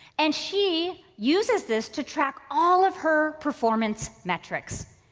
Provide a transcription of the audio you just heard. and she uses this to track all of her performance metrics.